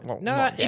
No